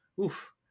Oof